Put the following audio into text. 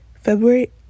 February